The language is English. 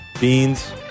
Beans